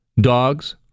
dogs